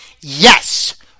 Yes